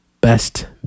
best